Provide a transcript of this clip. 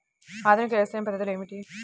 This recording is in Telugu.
ఆధునిక వ్యవసాయ పద్ధతులు ఏమిటి?